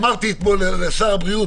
אמרתי אתמול לשר הבריאות,